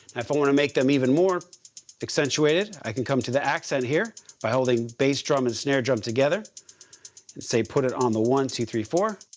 if i want to make them even more accentuated. i can come to the accent here by holding bass drum and snare drum together and say, put it on the one, two, three, four,